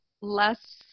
less